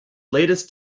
latest